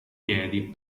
piedi